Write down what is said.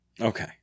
Okay